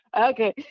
Okay